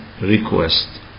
request